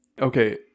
Okay